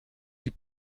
die